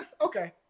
okay